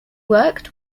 worked